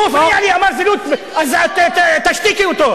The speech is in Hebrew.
הוא הפריע לי, הוא אמר זילות, אז תשתיקי אותו.